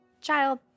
child